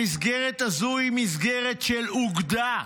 המסגרת הזאת היא מסגרת של אוגדה,